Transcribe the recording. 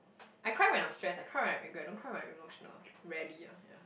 I cry when I'm stressed I cry when I'm angry I don't cry when I'm emotional rarely ah ya